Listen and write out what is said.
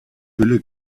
hülle